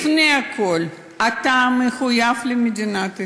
לפני הכול אתה מחויב למדינת ישראל,